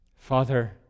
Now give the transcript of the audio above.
Father